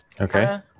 okay